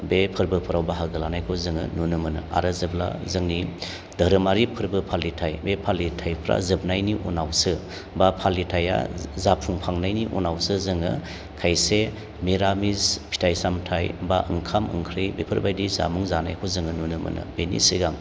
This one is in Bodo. बे फोरबोफोराव बाहागो लानायखौ जोङो नुनो मोनो आरो जेब्ला जोंनि धोरोमारि फोरबो फालिथाय बे फालिथायफ्रा जोबनायनि उनावसो बा फालिथाया जाफुंखांनायनि उनावसो जोङो खायसे मिरामिस फिथाइ सामथाइ बा ओंखाम ओंख्रि बेफोरबायदि जामुं जानायखौ जोङो नुनो मोनो बेनि सिगां